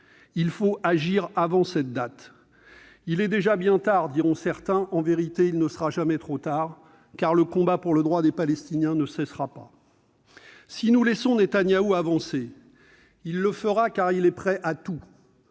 Il faut agir avant le 1 juillet. Il est déjà bien tard, diront certains ; en vérité, il ne sera jamais trop tard, car le combat pour le droit des Palestiniens ne cessera pas. Si nous laissons Benyamin Netanyahou avancer, il le fera, car il est prêt à tout.